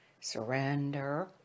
Surrender